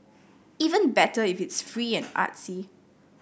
even better if it's free and artsy